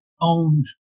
owned